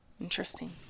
interesting